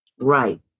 Right